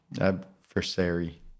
adversary